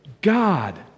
God